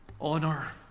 honor